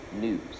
news